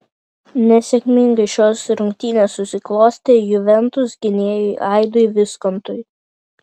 nesėkmingai šios rungtynės susiklostė juventus gynėjui aidui viskontui